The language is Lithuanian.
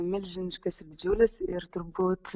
milžiniškas ir didžiulis ir turbūt